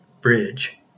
bridge